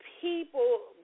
people